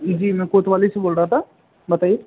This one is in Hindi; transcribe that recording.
जी में कोतवाली से बोल रहा था बताइए